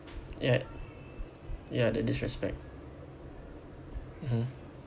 ya ya the disrespect mmhmm